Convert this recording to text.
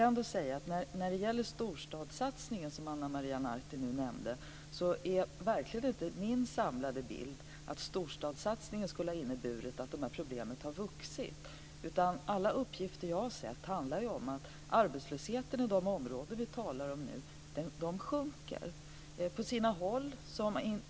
Ana Maria Narti nämnde storstadssatsningen. Min samlade bild är verkligen inte att den skulle ha inneburit att dessa problem har vuxit. Enligt alla uppgifter som jag har tagit del av sjunker arbetslösheten i de områden som vi nu talar om.